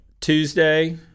Tuesday